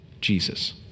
Jesus